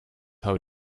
how